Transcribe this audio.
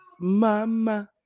Mama